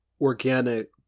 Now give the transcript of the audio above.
organic